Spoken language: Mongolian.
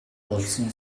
улсын